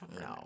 No